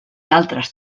altres